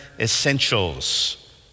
essentials